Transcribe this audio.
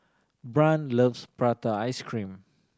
Brant loves prata ice cream